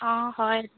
অঁ হয়